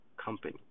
company